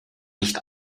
nicht